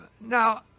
Now